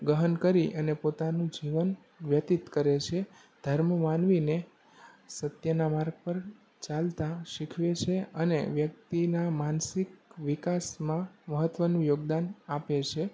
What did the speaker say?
ગહન કરી અને પોતાનું જીવન વ્યતિત કરે છે ધર્મ માનવીને સત્યના માર્ગ પર ચાલતા શીખવે છે અને વ્યક્તિના માનસિક વિકાસમાં મહત્ત્વનું યોગદાન આપે છે